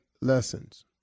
lessons